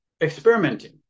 experimenting